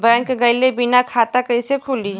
Bank गइले बिना खाता कईसे खुली?